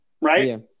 Right